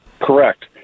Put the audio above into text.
correct